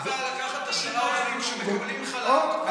מה הבעיה לקחת עשרה עובדים שמקבלים חל"ת,